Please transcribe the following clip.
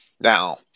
Now